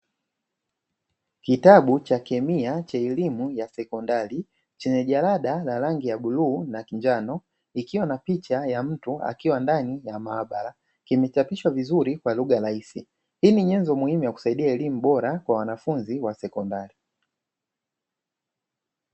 Kitabu cha kemia cha elimu ya sekondari ,chenye jalada la rangi ya bluu na njano ikiwa na picha ya mtu akiwa ndani ya maabara, kimechapishwa vizuri kwa lugha rahisi, hii ni nyenzo muhimu ya kusaidia elimu bora kwa wanafunzi wa sekondari.